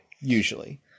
Usually